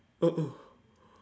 a'ah